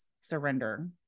surrender